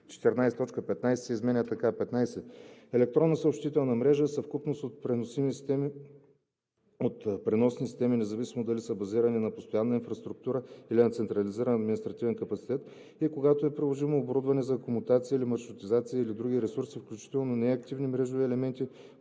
15 се изменя така: „15. „Електронна съобщителна мрежа“ е съвкупност от преносни системи, независимо дали са базирани на постоянна инфраструктура или на централизиран административен капацитет, и когато е приложимо, оборудване за комутация или маршрутизация и други ресурси, включително неактивни мрежови елементи,